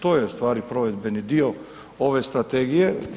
To je ustvari provedbeni dio ove strategije.